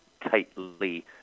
tightly